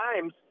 times